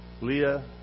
Leah